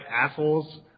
assholes